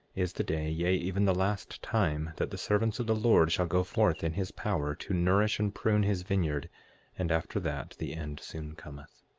is the day, yea, even the last time, that the servants of the lord shall go forth in his power, to nourish and prune his vineyard and after that the end soon cometh.